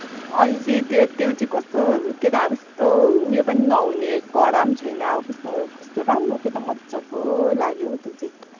अनि चाहिँ त्यो त्यो चाहिँ कस्तो के त अब उस्तो उयो पनि नहुने कडा पनि छैन कस्तो कस्तो राम्रो के त मजाको लाग्यो हो त्यो चाहिँ